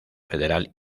federal